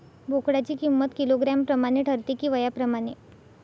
बोकडाची किंमत किलोग्रॅम प्रमाणे ठरते कि वयाप्रमाणे?